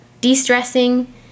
de-stressing